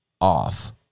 off